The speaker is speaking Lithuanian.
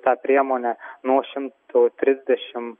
tą priemonę nuo šimto trisdešim